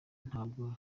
ntabwo